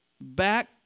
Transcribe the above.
back